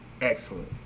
excellent